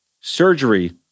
Surgery